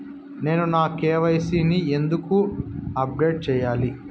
నేను నా కె.వై.సి ని ఎందుకు అప్డేట్ చెయ్యాలి?